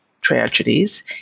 tragedies